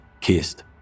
kissed